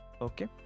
okay